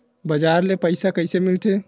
बजार ले पईसा कइसे मिलथे?